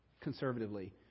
conservatively